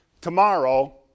tomorrow